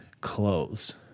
clothes